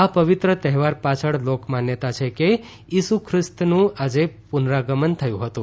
આ પવિત્ર તહેવાર પાછળ લોક માન્યતા છે કે ઈસુ ખ્રિસ્તનું આજે પુનરાગમન થયું હતું